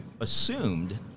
assumed